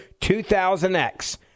2000X